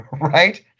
right